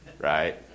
right